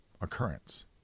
occurrence